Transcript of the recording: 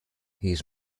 his